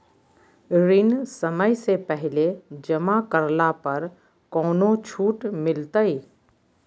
ऋण समय से पहले जमा करला पर कौनो छुट मिलतैय?